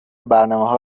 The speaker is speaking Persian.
برنامهها